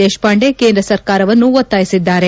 ದೇಶವಾಂಡೆ ಕೇಂದ್ರ ಸರ್ಕಾರವನ್ನು ಒತ್ತಾಯಿಸಿದ್ದಾರೆ